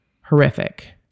Horrific